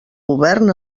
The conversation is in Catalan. govern